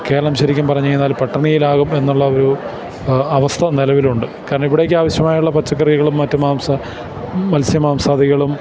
കേരളം ശരിക്കും പറഞ്ഞുകഴിഞ്ഞാൽ പട്ടിണിയിലാകും എന്നുള്ള ഒരു അവസ്ഥ നിലവിലുണ്ട് കാരണം ഇവിടേക്കാവശ്യമായുള്ള പച്ചക്കറികളും മറ്റു മാംസ മത്സ്യ മാംസാദികളും